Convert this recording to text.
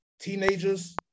teenagers